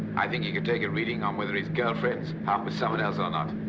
i think he can take a reading on whether his girlfriend's out with someone else or not.